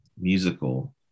musical